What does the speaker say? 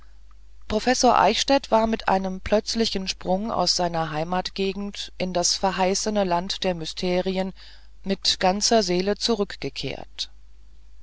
professor eichstädt war mit einem plötzlichen sprung aus seiner heimatgegend in das verheißene land der mysterien mit ganzer seele zurückgekehrt